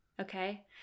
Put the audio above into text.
Okay